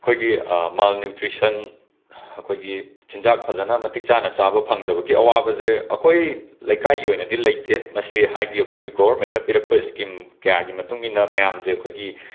ꯑꯩꯈꯣꯏꯒꯤ ꯃꯥꯜꯅ꯭ꯌꯨꯇ꯭ꯔꯤꯁꯟ ꯑꯩꯈꯣꯏꯒꯤ ꯆꯤꯟꯖꯥꯛ ꯐꯖꯅ ꯃꯇꯤꯛ ꯆꯥꯅ ꯆꯥꯕ ꯐꯪꯗꯕꯒꯤ ꯑꯋꯥꯕꯁꯦ ꯑꯩꯈꯣꯏ ꯂꯩꯀꯥꯏꯒꯤ ꯑꯣꯏꯅꯗꯤ ꯂꯩꯇꯦ ꯃꯁꯤ ꯍꯥꯏꯗꯤ ꯑꯩꯈꯣꯏꯒꯤ ꯒꯣꯕꯔꯃꯦꯟꯅ ꯄꯤꯔꯛꯄ ꯁ꯭ꯀꯤꯝ ꯀ꯭ꯌꯥꯒꯤ ꯃꯇꯨꯡ ꯏꯟꯅ ꯃꯌꯥꯝꯁꯦ ꯑꯩꯈꯣꯏꯒꯤ